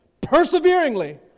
perseveringly